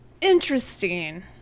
Interesting